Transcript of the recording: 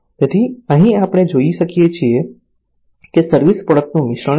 તેથી અહીં આપણે જોઈએ છીએ કે સર્વિસ પ્રોડક્ટનું મિશ્રણ છે